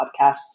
podcasts